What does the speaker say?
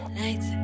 Lights